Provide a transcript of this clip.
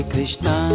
Krishna